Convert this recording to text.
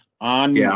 on